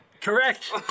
Correct